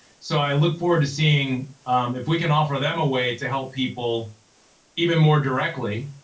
so i look forward to seeing if we can offer them a way to help people even more directly,